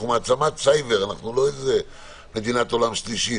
אנחנו מעצמת סייבר, אנחנו לא מדינת עולם שלישי.